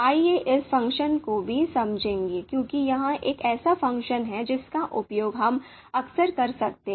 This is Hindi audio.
आइए इस फ़ंक्शन को भी समझें क्योंकि यह एक ऐसा फ़ंक्शन है जिसका उपयोग हम अक्सर कर सकते हैं